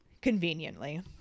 Conveniently